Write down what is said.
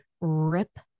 rip